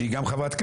שהיא גם חברת כנסת,